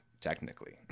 technically